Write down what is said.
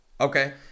Okay